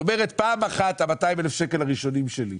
זאת אומרת פעם אחת ה-200,000 שקלים הראשונים שלי,